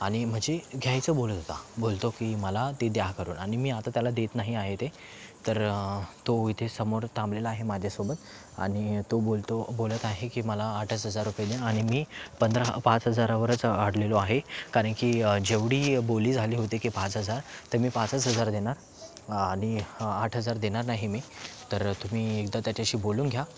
आणि म्हणजे घ्यायचं बोलत होता बोलतो की मला ते द्या करून आणि मी आता त्याला देत नाही आहे ते तर तो इथेच समोरच थांबलेला आहे माझ्यासोबत आणि तो बोलतो बोलत आहे की मला आठच हजार रुपये द्या आणि मी पंधरा पाच हजारावरच अडलेलो आहे कारण की जेवढी बोली झाली होती की पाच हजार तर मी पाचच हजार देणार आणि आठ हजार देणार नाही मी तर तुम्ही एकदा त्याच्याशी बोलून घ्या